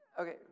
Okay